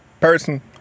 person